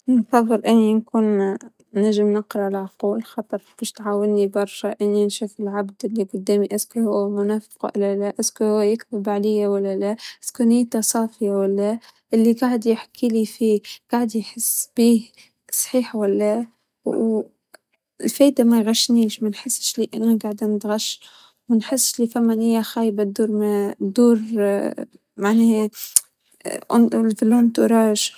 أعتقد إني أفظل يكون عندي القدرة على قراءة العقول، إنه لو قدرت إنك تجرا عقل اللي قدامك وتفهم وش يفكر، إنت إمتلكته خلاص، دريت إيش هي الخطوة الجاية تبعوا إيش راح يكون تفكيره ،إيش راح يختار، لو إنه عدوك إيش راح يسوي معك؟ إنت هاك إمتلكت هذا الشخص.